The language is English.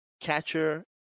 Catcher